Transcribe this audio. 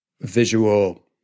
visual